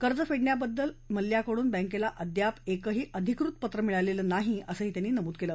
कर्ज फेडण्याबद्दल मल्ल्याकडून बँकेला अद्याप एकही अधिकृत पत्र मिळालेलं नाही असंही त्यांनी नमूद केलं